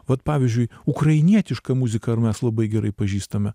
o vat pavyzdžiui ukrainietišką muziką ar mes labai gerai pažįstame